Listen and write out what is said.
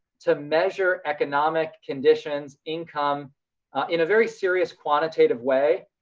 to measure economic conditions income in a very serious quantitative way.